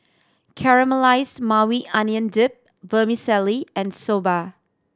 Caramelized Maui Onion Dip Vermicelli and Soba